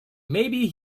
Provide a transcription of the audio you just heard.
maybe